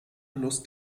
lust